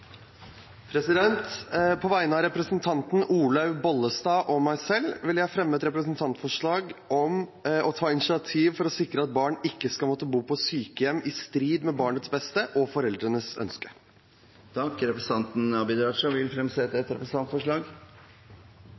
På vegne av representanten Olaug V. Bollestad og meg selv vil jeg fremme et representantforslag om å ta initiativ for å sikre at barn ikke skal måtte bo på sykehjem i strid med barnets beste og foreldrenes ønske. Representanten Abid Q. Raja vil fremsette et representantforslag.